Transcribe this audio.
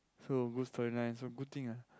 so good storyline so good thing ah